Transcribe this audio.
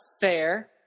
fair